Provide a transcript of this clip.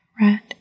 red